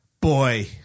boy